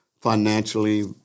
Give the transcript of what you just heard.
financially